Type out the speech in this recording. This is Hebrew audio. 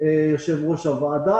אדוני היושב-ראש הוועדה,